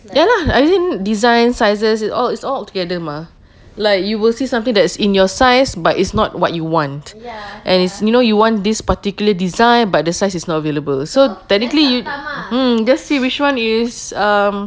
ya lah I think design sizes it's al~ it's all together mah like you will see something that's in your size by it's not what you want and it's you know you want this particular design but the size is not available so technically you'd mm just see which one is um